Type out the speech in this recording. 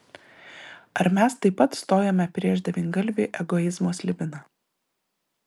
ar mes taip pat stojome prieš devyngalvį egoizmo slibiną